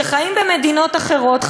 שחיים במדינות אחרות,